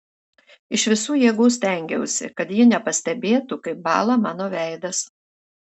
iš visų jėgų stengiausi kad ji nepastebėtų kaip bąla mano veidas